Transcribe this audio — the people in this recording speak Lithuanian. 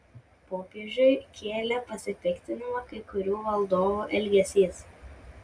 popiežiui kėlė pasipiktinimą kai kurių valdovų elgesys